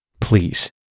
Please